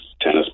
tennis